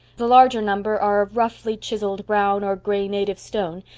the larger number are of roughly chiselled brown or gray native stone,